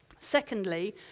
Secondly